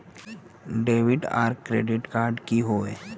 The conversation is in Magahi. डेबिट आर क्रेडिट कार्ड की होय?